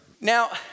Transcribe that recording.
Now